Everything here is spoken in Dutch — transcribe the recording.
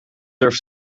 durft